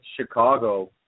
Chicago